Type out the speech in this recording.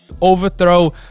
overthrow